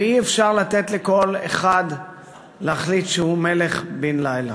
ואי-אפשר לתת לכל אחד להחליט שהוא מלך בן-לילה.